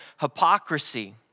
hypocrisy